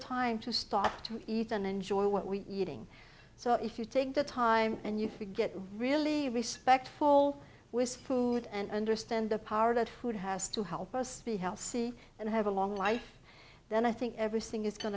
time to stop to eat and enjoy what we eat ng so if you take the time and you get really respectful with food and understand the power that food has to help us be healthy and have a long life then i think everything is going